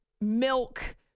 milk